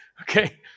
okay